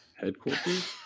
Headquarters